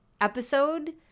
episode